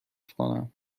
کنم